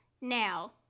now